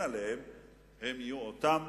אני לא מזלזל.